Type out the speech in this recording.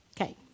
Okay